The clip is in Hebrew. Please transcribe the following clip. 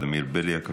ולדימיר בליאק,